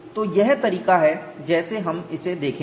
तो यह तरीका है जैसे हम इसे देखेंगे